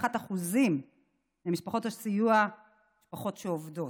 הן משפחות שעובדות.